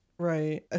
Right